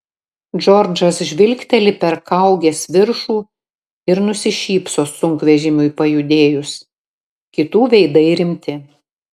džordžas žvilgteli per kaugės viršų ir nusišypso sunkvežimiui pajudėjus kitų veidai rimti